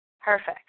Perfect